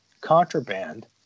contraband